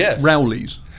Rowley's